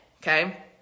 okay